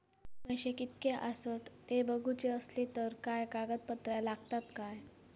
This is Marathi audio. पैशे कीतके आसत ते बघुचे असले तर काय कागद पत्रा लागतात काय?